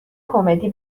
کمدی